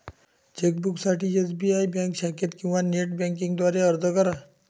चेकबुकसाठी SBI bank शाखेत किंवा नेट बँकिंग द्वारे अर्ज करा